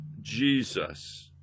Jesus